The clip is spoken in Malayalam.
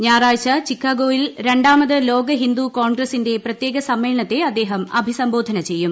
ഞായറാഴ്ച ചിക്കാഗോയിൽ രണ്ടാമത് ലോക ഹിന്ദു കോൺഗ്രസ്സിന്റെ പ്രത്യേക സമ്മേളനത്തെ അദ്ദേഹം അഭിസംബോധന ചെയ്യും